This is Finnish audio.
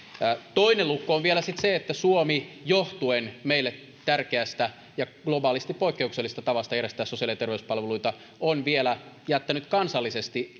toinen lukko on vielä sitten se että suomi johtuen meille tärkeästä ja globaalisti poikkeuksellisesta tavasta järjestää sosiaali ja terveyspalveluita on vielä jättänyt kansallisesti